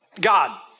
God